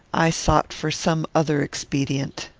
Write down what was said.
i sought for some other expedient.